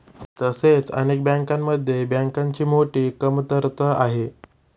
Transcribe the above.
तसेच अनेक देशांमध्ये बँकांची मोठी कमतरता आहे